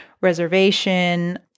reservation